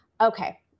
Okay